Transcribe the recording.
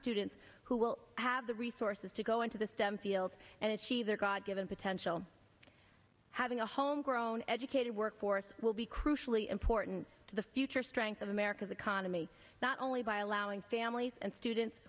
students who will have the resources to go into the stem fields and achieve their god given potential having a homegrown educated workforce will be crucially important to the future strength of america's economy not only by allowing families and students